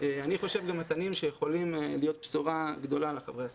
ואני חושב שאלה מתנים שיכולים להיות בשורה גדולה לחברי הסגל.